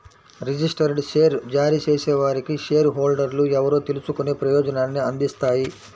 registered share జారీ చేసేవారికి share హోల్డర్లు ఎవరో తెలుసుకునే ప్రయోజనాన్ని అందిస్తాయి